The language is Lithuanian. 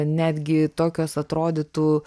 netgi tokios atrodytų